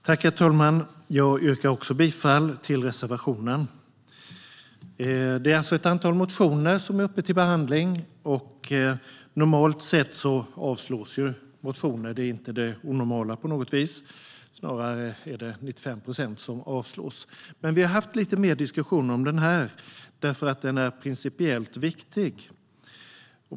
Herr talman! Jag yrkar också bifall till reservationen. Det är alltså ett antal motioner som är uppe till behandling. Normalt sett avslås motioner. Det är inte på något sätt onormalt. Snarare avslås 95 procent av motionerna. Men vi har haft lite mer diskussioner om denna motion eftersom den är principiellt viktig.